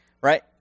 right